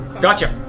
Gotcha